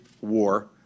war